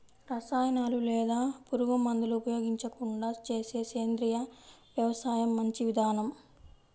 రసాయనాలు లేదా పురుగుమందులు ఉపయోగించకుండా చేసే సేంద్రియ వ్యవసాయం మంచి విధానం